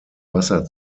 wasser